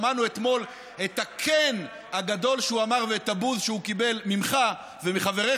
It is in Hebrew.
שמענו אתמול את ה"כן" הגדול שהוא אמר ואת הבוז שהוא קיבל ממך ומחבריך